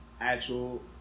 actual